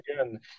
again